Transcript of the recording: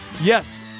Yes